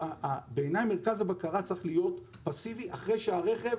בעיניי, מרכז הבקרה צריך להיות פסיבי, אחרי שהרכב